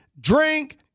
drink